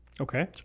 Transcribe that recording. Okay